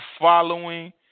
following